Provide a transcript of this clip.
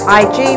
ig